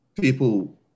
people